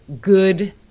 good